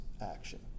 action